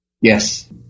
Yes